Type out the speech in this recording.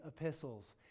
epistles